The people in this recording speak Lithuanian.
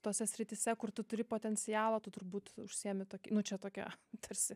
tose srityse kur tu turi potencialo tu turbūt užsiėmi tokie nu čia tokia tarsi